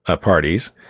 parties